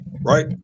right